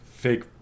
Fake